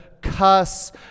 cuss